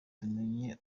tumenye